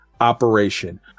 operation